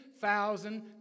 thousand